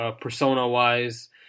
persona-wise